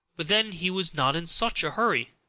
but then he was not in such a hurry.